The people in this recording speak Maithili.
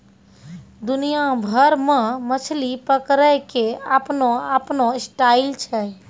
दुनिया भर मॅ मछली पकड़ै के आपनो आपनो स्टाइल छै